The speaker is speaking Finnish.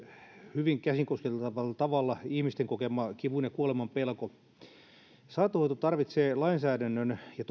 hyvin käsin kosketeltavalla tavalla ihmisten kokema kivun ja kuoleman pelko saattohoito tarvitsee lainsäädännön ja